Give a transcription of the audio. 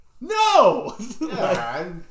no